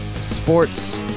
sports